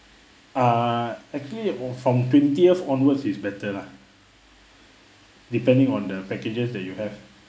ah actually from twentieth onwards is better lah depending on the packages that you have